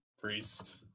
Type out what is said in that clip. Priest